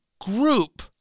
group